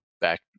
back